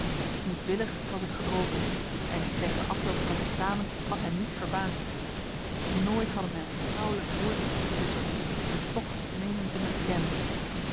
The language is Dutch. moedwillig was ik gedropen en die slechte afloop van het examen had hen niet verbaasd nooit hadden zij een vertrouwelijk woord met me gewisseld en toch meenden ze me te kennen